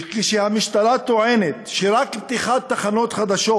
המשטרה טוענת שרק פתיחת תחנות חדשות